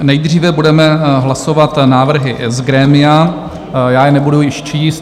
Nejdříve budeme hlasovat návrhy z grémia, já je nebudu již číst.